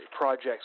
projects